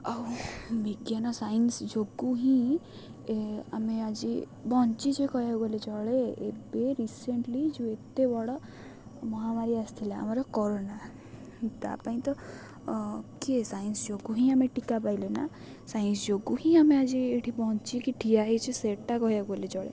ଆଉ ବିଜ୍ଞାନ ସାଇନ୍ସ ଯୋଗୁଁ ହିଁ ଆମେ ଆଜି ବଞ୍ଚିଛେ କହିବାକୁ ଗଲେ ଚଳେ ଏବେ ରିସେଣ୍ଟଲି ଯେଉଁ ଏତେ ବଡ଼ ମହାମାରୀ ଆସିଥିଲା ଆମର କରୋନା ତା ପାଇଁ ତ କିଏ ସାଇନ୍ସ ଯୋଗୁଁ ହିଁ ଆମେ ଟୀକା ପାଇଲେ ନା ସାଇନ୍ସ ଯୋଗୁଁ ହିଁ ଆମେ ଆଜି ଏଠି ବଞ୍ଚିକି ଠିଆ ହେଇଛେ ସେଇଟା କହିବାକୁ ଗଲେ ଚଳେ